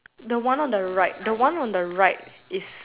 the one on the right the one on the right is